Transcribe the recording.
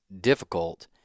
difficult